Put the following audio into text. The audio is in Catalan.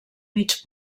mig